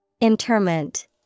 Interment